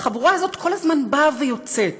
והחבורה הזאת כל הזמן באה ויוצאת,